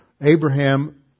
Abraham